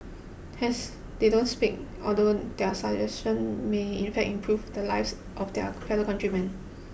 hence they don't speak although their suggestions may in fact improve the lives of their fellow countrymen